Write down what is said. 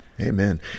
Amen